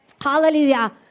Hallelujah